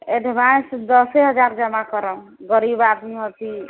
advance दसे हजार जमा करब गरीब आदमी होती